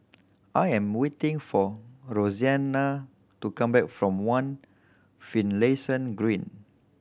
I am waiting for Roseanna to come back from One Finlayson Green